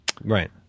right